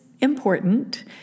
important